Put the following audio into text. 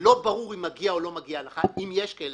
שלא ברור אם מגיע לך או לא מגיע לך אם יש כאלה